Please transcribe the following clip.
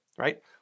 right